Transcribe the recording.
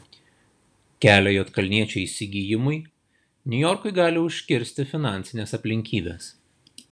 kelią juodkalniečio įsigijimui niujorkui gali užkirsti finansinės aplinkybės